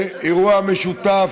זה אירוע משותף.